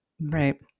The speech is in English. Right